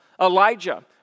Elijah